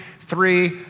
Three